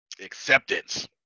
Acceptance